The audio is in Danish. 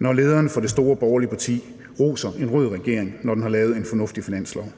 når lederen for det store borgerlige parti roser en rød regering, når den har lavet en fornuftig finanslov.